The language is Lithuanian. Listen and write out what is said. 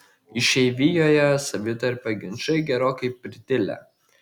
išeivijoje savitarpio ginčai gerokai pritilę